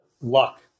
luck